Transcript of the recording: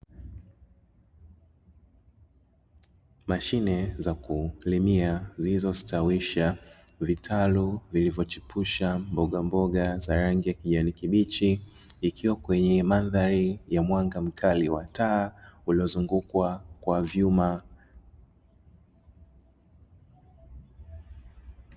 Mashine za kulimia zilizostawisha vitaru vilivyo chipusha mbogamboga za rangi ya kijani kibichi, ikiwa kwenye mandhari ya mwanga mkali wa taa, uliozungukwa na vyuma.